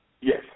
Yes